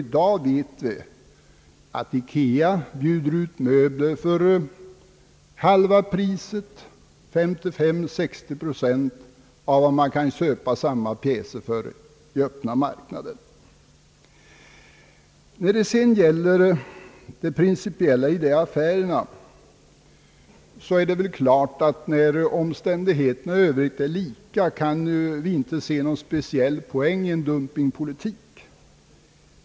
I dag vet vi att IKEA bjuder ut möbler för 55 å 60 procent av vad man får betala för samma pjäser i öppna marknaden. Beträffande det principiella i dessa affärer är det klart att vi, när omständigheterna i övrigt är lika, inte kan se någon speciell poäng i en dumpingpolitik.